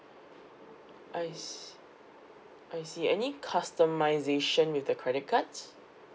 I see I see any customisation with the credit cards